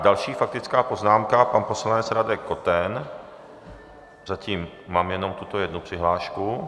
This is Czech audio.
Další faktická poznámka, pan poslanec Radek Koten, zatím mám jen tuto jednu přihlášku.